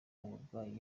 uburwayi